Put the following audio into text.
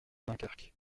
dunkerque